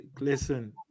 listen –